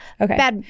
Okay